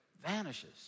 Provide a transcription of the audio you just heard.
vanishes